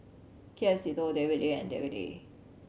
K F Seetoh David Lee and David Lee